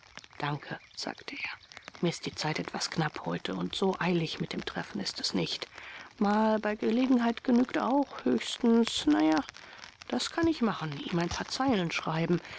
danke sagte er mir ist die zeit etwas knapp heute und so eilig mit dem treffen ist es nicht mal bei gelegenheit genügt auch höchstens na ja das kann ich machen ihm ein paar zeilen schreiben